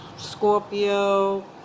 Scorpio